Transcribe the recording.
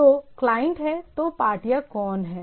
तो क्लाइंट हैं तो पार्टियां कौन हैं